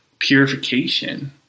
purification